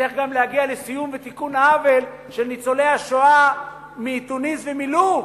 צריך גם להגיע לסיום ותיקון העוול כלפי ניצולי השואה מתוניס ומלוב,